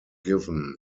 given